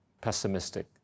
pessimistic